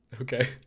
Okay